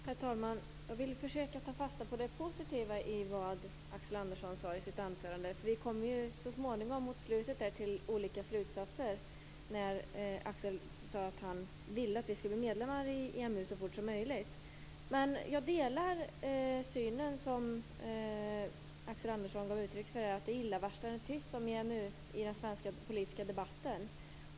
Herr talman! Jag vill försöka att ta fasta på det positiva i vad Axel Andersson sade i sitt anförande. Vi kom till sist till olika slutsatser. Axel Andersson sade att vi i Sverige skall bli medlemmar i EMU så fort som möjligt. Jag delar den syn som Axel Andersson gav uttryck för. Det är illavarslande tyst om EMU i den svenska politiska debatten.